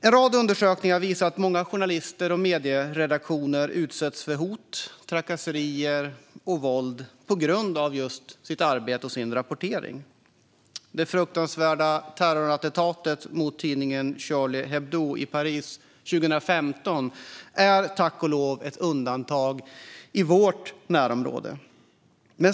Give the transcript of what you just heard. En rad undersökningar visar att många journalister och medieredaktioner utsätts för hot, trakasserier och våld på grund av sitt arbete och sin rapportering. Det fruktansvärda terrorattentatet mot tidningen Charlie Hebdo i Paris 2015 är tack och lov ett undantag i vårt närområde.